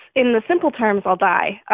in the simple terms, i'll die.